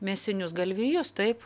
mėsinius galvijus taip